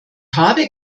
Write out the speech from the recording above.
habe